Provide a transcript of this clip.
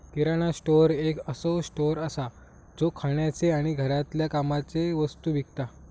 किराणा store एक असो store असा जो खाण्याचे आणि घरातल्या कामाचे वस्तु विकता